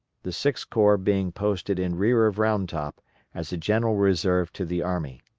the sixth corps being posted in rear of round top as a general reserve to the army.